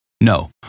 No